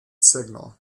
signal